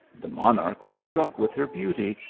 the monarch was struck with her beauty,